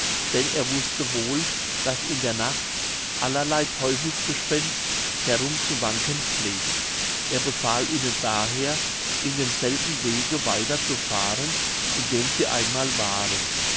denn er wußte wohl daß in der nacht allerlei teufelsgespenst herum zu wanken pflegt er befahl ihnen daher in demselben wege weiter fahren in dem sie einmal waren